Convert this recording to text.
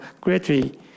greatly